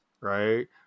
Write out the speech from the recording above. right